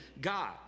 God